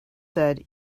said